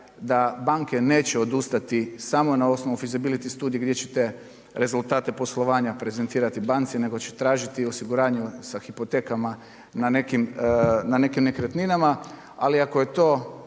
da banke neće odustati samo na osnovu feasibility studije, vidjet ćete rezultate poslovanja prezentirati banci nego će tražiti u osiguranju sa hipotekama na nekim nekretninama, ali ako je do